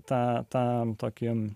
tą tam tokiems